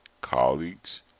colleagues